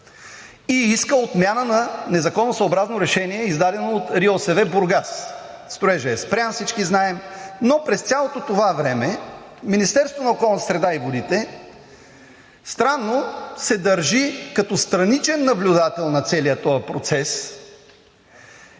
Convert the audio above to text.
и иска отмяна на незаконосъобразно решение, издадено от РИОСВ – Бургас. Строежът е спрян – всички знаем, но през цялото това време Министерството на околната среда и водите странно се държи като страничен наблюдател на целия този процес